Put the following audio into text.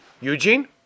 Eugene